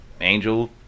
angel